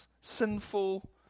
sinful